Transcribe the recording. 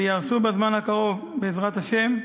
וייהרסו בזמן הקרוב, בעזרת השם.